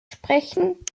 sprechen